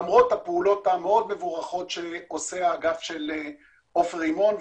למרות הפעולות המאוד מבורכות שעושה האגף של עופר רימון.